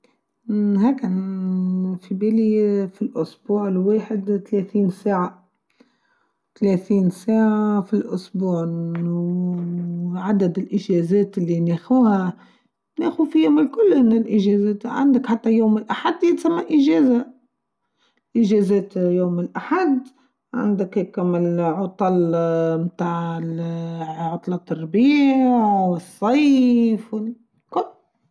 ممم هاكا اا في بالي في الأسبوع الواحد واحد وثلاثين ساعه ثلاثين ساعه في الأسبوع و ااا و عدد الإيجازات إلي ناخوها ناخو فيها من كل الإيجازات عندك حتى يوم الأحد يتسمى إجازه إجازات يوم الأحد عندك هاكا العطل اا تاع ال اا عطله الربيع و الصيف و كهو.